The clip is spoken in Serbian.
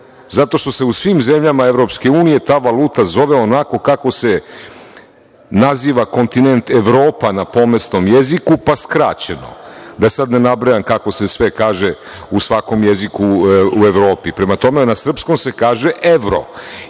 zato što se u svim zemljama EU ta valuta zove onako kako se naziva kontinent Evropa na pomestom jeziku, pa skraćeno, da sada ne nabrajam kako se sve kaže u svakom jeziku u Evropi. Prema tome, na srpskom se kaže evro